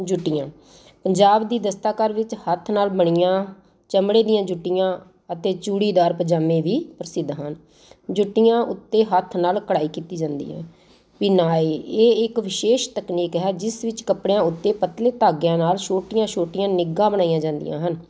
ਜੁੱਟੀਆਂ ਪੰਜਾਬ ਦੀ ਦਸਤਾਕਾਰ ਵਿੱਚ ਹੱਥ ਨਾਲ ਬਣੀਆਂ ਚਮੜੇ ਦੀਆਂ ਜੁੱਟੀਆਂ ਅਤੇ ਚੂੜੀਦਾਰ ਪਜਾਮੇ ਵੀ ਪ੍ਰਸਿੱਧ ਹਨ ਜੁੱਤੀਆਂ ਉੱਤੇ ਹੱਥ ਨਾਲ ਕਢਾਈ ਕੀਤੀ ਜਾਂਦੀ ਹੈ ਵਿਨਾਏ ਇਹ ਇੱਕ ਵਿਸ਼ੇਸ਼ ਤਕਨੀਕ ਹੈ ਜਿਸ ਵਿੱਚ ਕੱਪੜਿਆਂ ਉੱਤੇ ਪਤਲੇ ਧਾਗਿਆਂ ਨਾਲ ਛੋਟੀਆਂ ਛੋਟੀਆਂ ਨਿੱਘਾ ਬਣਾਈਆਂ ਜਾਂਦੀਆਂ ਹਨ